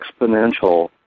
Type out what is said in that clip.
exponential